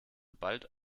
bald